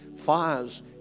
Fires